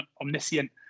Omniscient